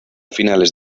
finales